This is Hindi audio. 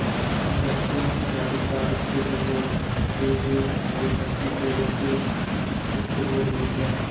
बच्चों अत्याधिक कागज के प्रयोग से हमारी धरती पेड़ों से क्षुब्ध हो रही है